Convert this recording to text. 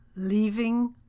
Leaving